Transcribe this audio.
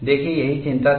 देखिए यही चिंता थी